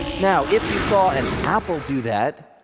now if you saw an apple do that,